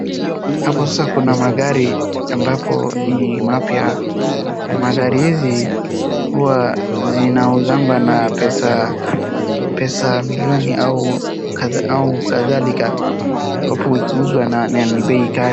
Hapo sasa kuna magari ambapo ni mapya. Magari hizi huwa zinauzangwa na pesa milioni au kadhalika. Hapo ikiuzwa na ni bei kali.